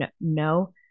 No